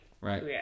Right